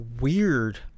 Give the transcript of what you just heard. weird